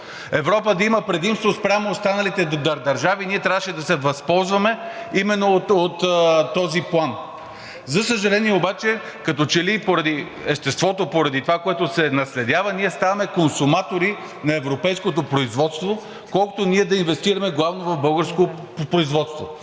Европа да има предимство спрямо останалите държави и ние трябваше да се възползваме именно от този план. За съжаление обаче, като че ли поради естеството, поради това, което се наследява, ние ставаме консуматори на европейското производство, отколкото ние да инвестираме главно в българско производство.